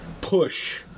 push